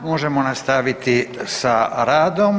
Možemo nastaviti sa radom.